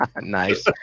Nice